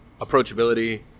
approachability